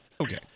okay